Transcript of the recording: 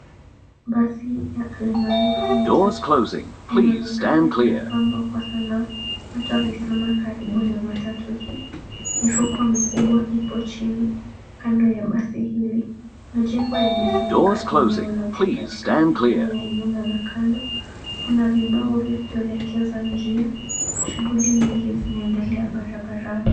Basi ya kwa maarufu matatu inaonekana imepambwa kwa sanaa. Watu wamesimama karibu na matatu hii. Mifuko mikubwa ipo chini. Kando ya basi hili majengo yamezunguka eneo lote katika sehemu ya nyuma na kando. Kuna vibao vya kuelekeza njia. Shughuli nyingi zinaendelea barabarani.